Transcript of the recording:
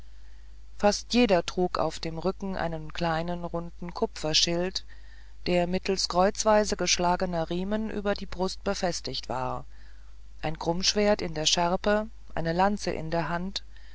fast jeder trug auf dem rücken einen kleinen runden kupferschild der mittelst kreuzweise geschlagener riemen über die brust befestigt war ein krummschwert in der schärpe eine lanze in der hand